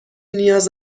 نیاز